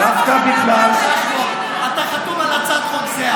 דווקא בגלל, אתה חתום על הצעת חוק זהה.